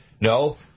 No